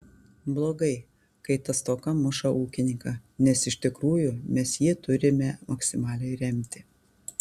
blogai kai ta stoka muša ūkininką nes iš tikrųjų mes jį turime maksimaliai remti